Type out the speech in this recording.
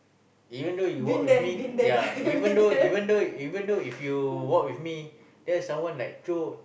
even though you work with me ya even though even though even though if you work with me then someone like throw